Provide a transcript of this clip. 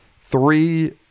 three